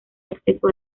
acceso